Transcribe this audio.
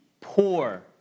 poor